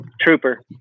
trooper